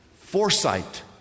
Foresight